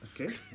Okay